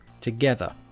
together